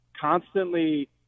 constantly